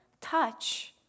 touch